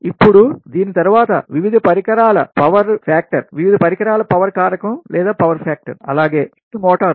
ఇప్పుడు దీని తరువాత వివిధ పరికరాల పవర్ కా ర్రకం అలాగే ఉదాహరణకు ఇండక్షన్ మోటార్లు